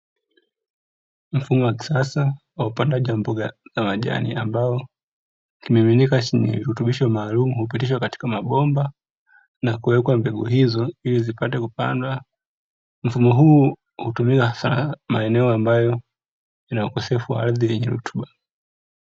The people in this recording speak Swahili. Mfumo wa kisasa wa upandaji wa mboga za majani, ambao kimiminika chenye virutubisho maalumu hupitishwa katika mabomba na kuwekwa mbegu hizo ili zipate kupandwa. Mfumo huu hutumika sana maeneo ambayo yana ukosefu mkubwa wa ardhi yenye rutuba.